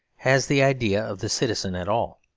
has the idea of the citizen at all.